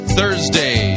Thursday